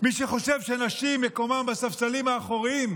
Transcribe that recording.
מי שחושב שנשים, מקומן בספסלים האחוריים,